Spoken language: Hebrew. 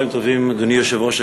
אדוני היושב-ראש,